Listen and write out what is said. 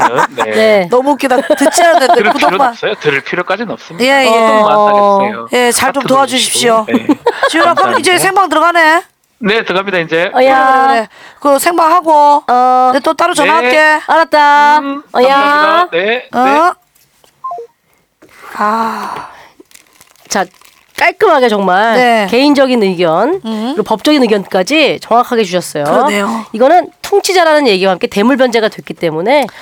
네. 네. 너무 웃기다. 듣지 않았는데 들을 구독만. 필요는 없어요? 들을 필요까지는 없습니다. 예, 예. 구독만 하겠어요. 예, 잘 좀 하트도 도와주십시오. 해주시고. 네. 지훈아, 그럼 감사합니다. 이제 생방 들어가네? 네, 들어갑니다, 이제. 어야. 그래, 그래, 그래. 그 생방 하고. 어. 이제 또 따로 네. 전화할게. 알았다. 음, 감사합니다. 어야. 네, 네. 어. 아. 자, 깔끔하게 정말 네. 개인적인 의견, 음. 그리고 법적인 의견까지 정확하게 주셨어요. 그러네요. 이거는 퉁치자라는 얘기와 함께 대물변제가 됐기 때문에